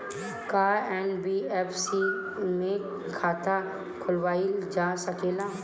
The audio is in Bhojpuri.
का एन.बी.एफ.सी में खाता खोलवाईल जा सकेला?